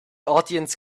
audience